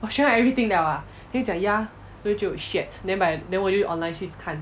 我学完 everything liao ah then he 讲 ya then 我就 shit then then 我就 online 去看